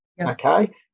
okay